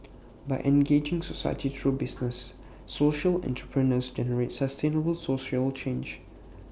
by engaging society through business social entrepreneurs generate sustainable social change